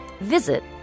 visit